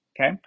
Okay